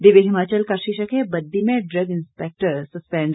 दिव्य हिमाचल का शीर्षक है बद्दी में ड्रग इंस्पैक्टर सस्पैंड